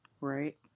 Right